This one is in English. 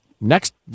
next